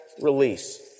release